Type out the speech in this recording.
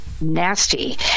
nasty